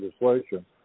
legislation